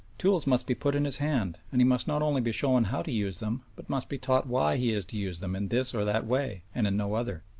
tools must be put in his hand and he must not only be shown how to use them, but must be taught why he is to use them in this or that way and in no other.